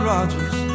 Rogers